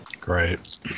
great